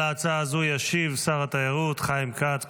על ההצעה הזאת ישיב שר התיירות חיים כץ.